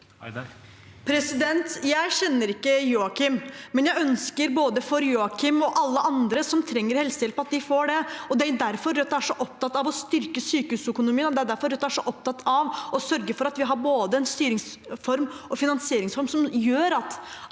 Jeg kjenner ikke Joa- kim, men jeg ønsker for både Joakim og alle andre som trenger helsehjelp, at de får det. Det er derfor Rødt er så opptatt av å styrke sykehusøkonomien, og det er derfor Rødt er så opptatt av å sørge for at vi har både en styringsform og en finansieringsform som gjør at